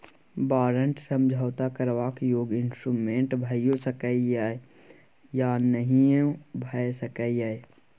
बारंट समझौता करबाक योग्य इंस्ट्रूमेंट भइयो सकै यै या नहियो भए सकै यै